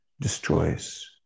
destroys